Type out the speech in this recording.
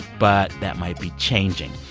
but that might be changing.